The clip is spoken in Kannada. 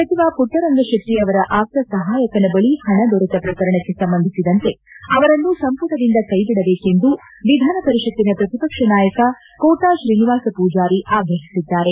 ಸಚಿವ ಪುಟ್ಟರಂಗ ಶೆಟ್ಟಿ ಅವರ ಆಪ್ತ ಸಹಾಯಕನ ಬಳಿ ಹಣ ದೊರೆತ ಪ್ರಕರಣಕ್ಕೆ ಸಂಬಂಧಿಸಿದಂತೆ ಅವರನ್ನು ಸಂಪುಟದಿಂದ ಕೈಬಿಡಬೇಕೆಂದು ವಿಧಾನಪರಿಷತ್ತಿನ ಪ್ರತಿಪಕ್ಷ ನಾಯಕ ಕೋಟಾ ಶ್ರೀನಿವಾಸ ಪೂಜಾರಿ ಆಗ್ರಹಿಸಿದ್ದಾರೆ